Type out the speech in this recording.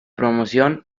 promoción